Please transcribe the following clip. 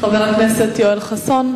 חבר הכנסת יואל חסון?